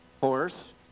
horse